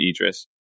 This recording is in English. Idris